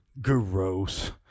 Gross